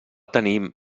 tenir